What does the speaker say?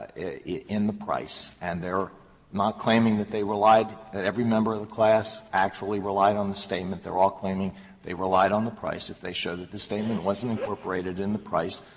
in in the price, and they're not claiming that they relied, that every member of the class actually relied on the statement, they're all claiming they relied on the price if they show that the statement wasn't incorporated in the price,